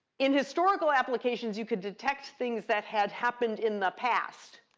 in historical applications, you could detect things that had happened in the past,